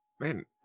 Man